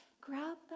grab